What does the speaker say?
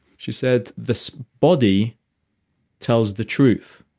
she said, this body tells the truth.